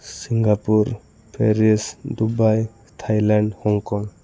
Singapore Paris Dubai Thailand honk kong